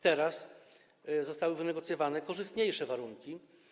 Teraz zostały wynegocjowane korzystniejsze warunki.